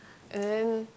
and then